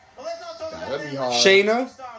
Shayna